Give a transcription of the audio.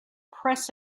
press